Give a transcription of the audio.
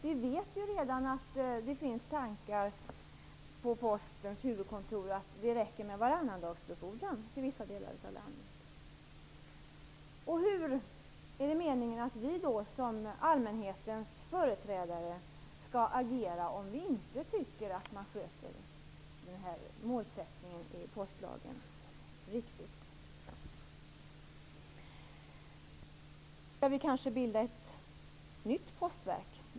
Vi vet redan att det finns tankar på Postens huvudkontor om att det räcker med varannandagsbefordran till vissa delar av landet. Hur är det meningen att vi som allmänhetens företrädare skall agera om vi inte tycker att målsättningen i postlagen uppfylls riktigt? Skall vi riksdagsledamöter kanske bilda ett nytt Postverk?